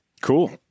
cool